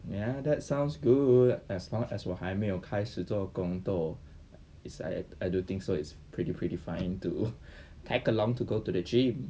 ya that sounds good as long as 我还没有开始做工 it's I I do think so it's pretty pretty fine to tag along to go to the gym